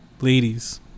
Ladies